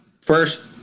first